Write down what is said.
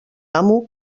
amo